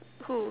who